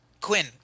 Quinn